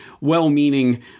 well-meaning